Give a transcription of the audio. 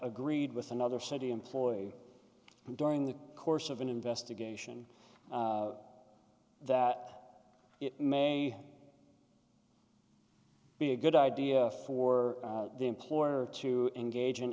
agreed with another city employee during the course of an investigation that it may be a good idea for the employer to engage